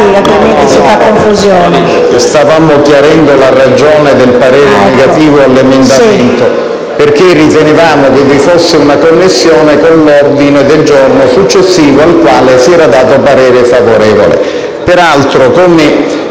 Stavamo chiarendo la ragione del parere contrario all'emendamento 7.302, perché ritenevamo che vi fosse una connessione con l'ordine del giorno G7.100, al quale si era dato parere favorevole. Peraltro, come